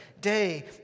day